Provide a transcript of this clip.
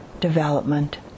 development